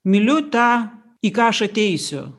myliu tą į ką aš ateisiu